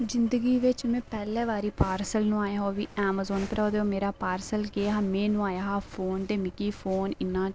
जिंदगी बिच में पैह्ली बारी पार्सल नुआया हा ओह्बी अमेजॉन परा ते मेरा ओह् पार्सल केह् हा में नुआया हा फोन ते मिगी फोन इन्ना